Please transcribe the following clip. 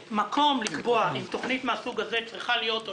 המקום לקבוע אם תוכנית מן הסוג הזה צריכה להיות או